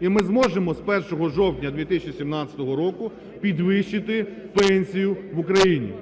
І ми зможемо з 1 жовтня 2017 року підвищити пенсію в Україні.